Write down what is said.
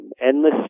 endless